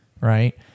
right